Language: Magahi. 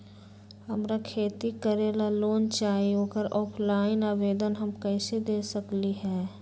हमरा खेती करेला लोन चाहि ओकर ऑफलाइन आवेदन हम कईसे दे सकलि ह?